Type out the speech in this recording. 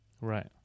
Right